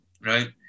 right